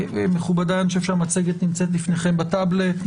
מכובדיי, היא לפניכם בטאבלט.